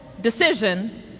decision